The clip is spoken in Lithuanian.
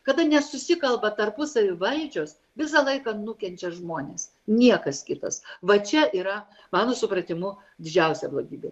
kada nesusikalba tarpusavy valdžios visą laiką nukenčia žmonės niekas kitas va čia yra mano supratimu didžiausia blogybė